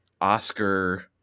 Oscar